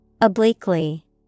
obliquely